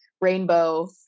rainbow